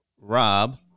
Rob